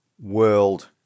world